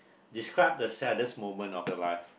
describe the saddest moment of your life